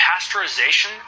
pasteurization